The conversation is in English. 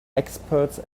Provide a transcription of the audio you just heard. experts